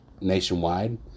nationwide